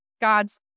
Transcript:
God's